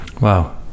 Wow